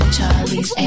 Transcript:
Charlie's